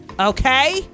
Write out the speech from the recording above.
okay